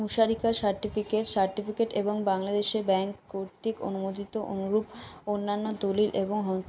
মুশারিকা certificate certificate এবং বাংলাদেশে bank কর্তৃক অনুমোদিত অনুরূপ অন্যান্য দলিল এবং